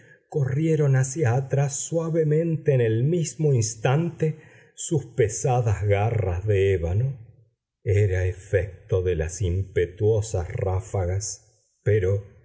corrieron hacia atrás suavemente en el mismo instante sus pesadas garras de ébano era efecto de las impetuosas ráfagas pero